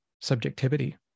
subjectivity